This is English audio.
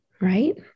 right